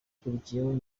ukurikiyeho